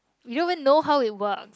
we don't even know how it works